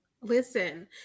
listen